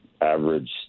average